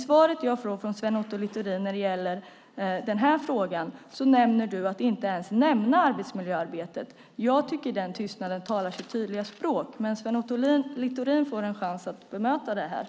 I svaret jag får från Sven Otto Littorin när det gäller den här frågan väljer han att inte ens nämna arbetsmiljöarbetet. Jag tycker att den tystnaden talar sitt tydliga språk. Men Sven Otto Littorin får en chans att bemöta detta.